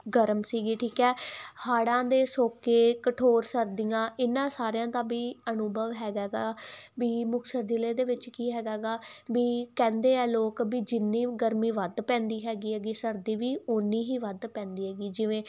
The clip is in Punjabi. ਗਰਮ ਸੀਗੀ ਠੀਕ ਹੈ ਹਾੜਾਂ ਦੇ ਸੋਕੇ ਕਠੋਰ ਸਰਦੀਆਂ ਇਹਨਾਂ ਸਾਰਿਆਂ ਦਾ ਵੀ ਅਨੁਭਵ ਹੈਗਾ ਗਾ ਵੀ ਮੁਕਤਸਰ ਜ਼ਿਲ੍ਹੇ ਦੇ ਵਿੱਚ ਕੀ ਹੈਗਾ ਗਾ ਵੀ ਕਹਿੰਦੇ ਆ ਲੋਕ ਵੀ ਜਿੰਨੀ ਗਰਮੀ ਵੱਧ ਪੈਂਦੀ ਹੈਗੀ ਹੈਗੀ ਸਰਦੀ ਵੀ ਉਨੀ ਹੀ ਵੱਧ ਪੈਂਦੀ ਹੈਗੀ ਜਿਵੇਂ